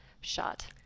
shot